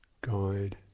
guide